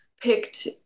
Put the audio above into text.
picked